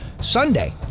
Sunday